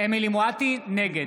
נגד